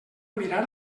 mirar